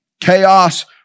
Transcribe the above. Chaos